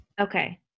Okay